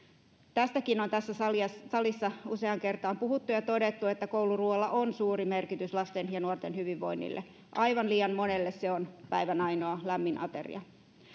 tästäkin on tässä salissa salissa useaan kertaan puhuttu ja todettu että kouluruoalla on suuri merkitys lasten ja nuorten hyvinvoinnille aivan liian monelle se on päivän ainoa lämmin ateria